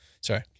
Sorry